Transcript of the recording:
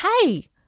hey